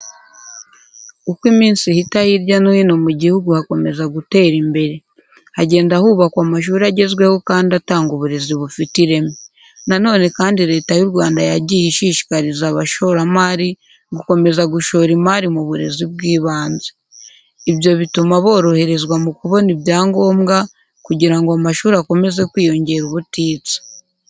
Uko iminsi ihita hirya no hino mu gihugu hakomeza gutera imbere. Hagenda hubakwa amashuri agezweho kandi atanga uburezi bufite ireme. Na none kandi Leta y'u Rwanda yagiye ishishikariza abashoramari gukomeza gushora imari mu burezi bw'ibanze. Ibyo butuma boroherezwa mukubona ibyangombwa kugira ngo amashuri akomeze kwiyongera ubutitsa.